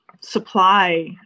supply